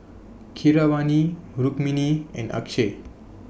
Keeravani Rukmini and Akshay